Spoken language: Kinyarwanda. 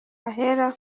ahera